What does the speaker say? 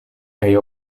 kaj